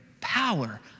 power